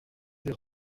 des